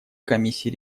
комиссии